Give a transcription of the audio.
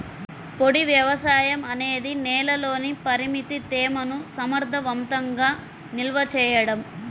పొడి వ్యవసాయం అనేది నేలలోని పరిమిత తేమను సమర్థవంతంగా నిల్వ చేయడం